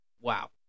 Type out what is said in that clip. Wow